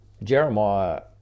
Jeremiah